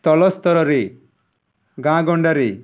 ସ୍ଳତ ସ୍ତରରେ ଗାଁ ଗଣ୍ଡାରେ